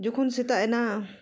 ᱡᱚᱠᱷᱚᱱ ᱥᱮᱛᱟᱜ ᱮᱱᱟ